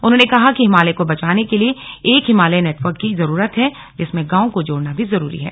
उन्होंने कहा कि हिमालय को बचाने के लिए एक हिमालय नेटवर्क की जरूरत है जिसमें गांवों को जोड़ना भी जरूरी है